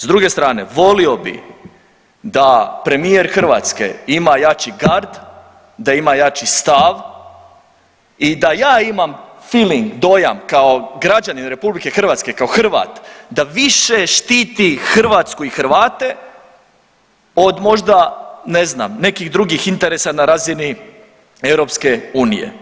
S druge strane volio bi da premijer Hrvatske ima jači gard, da ima jači stav i da ja imam filing, dojam kao građanin RH kao Hrvat da više štiti Hrvatsku i Hrvate od možda ne znam nekih drugih interesa na razini EU.